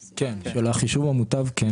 חישוב המוטב סיימנו,